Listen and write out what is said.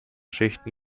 schichten